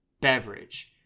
beverage